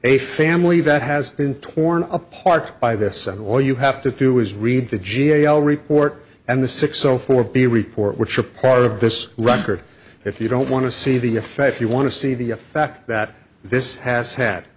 a family that has been torn apart by this and all you have to do is read the g a o report and the six zero four b report which are part of this record if you don't want to see the effect you want to see the effect that this has had